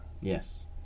Yes